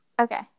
Okay